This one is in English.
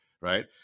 right